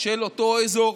של אותו אזור.